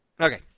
Okay